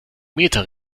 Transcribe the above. meter